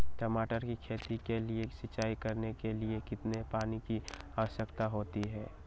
टमाटर की खेती के लिए सिंचाई करने के लिए कितने पानी की आवश्यकता होती है?